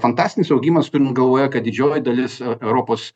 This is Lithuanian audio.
fantastinis augimas turint galvoje kad didžioji dalis europos